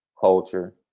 culture